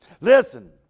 Listen